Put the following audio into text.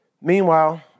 Meanwhile